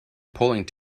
pulling